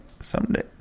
someday